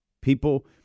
People